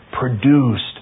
produced